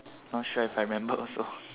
not sure if I remember also